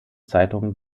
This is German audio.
zeitungen